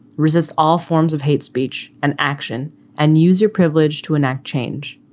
resist all forms of hate speech and action and user privilege to enact change.